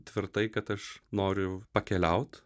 tvirtai kad aš noriu pakeliaut